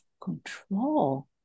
control